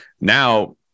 Now